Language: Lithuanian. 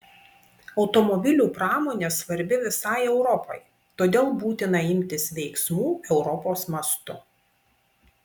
automobilių pramonė svarbi visai europai todėl būtina imtis veiksmų europos mastu